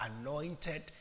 anointed